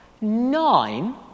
Nine